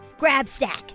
Grabstack